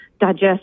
digest